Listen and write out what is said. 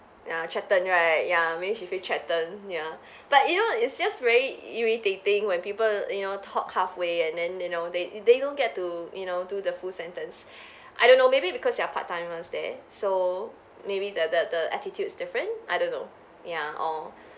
ah threatened right ya maybe she feel threatened ya but you know it's just very irritating when people you know talk halfway and then you know they they don't get to you know do the full sentence I don't know maybe because they are part-timers there so maybe the the the attitude's different I don't know ya or